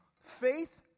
Faith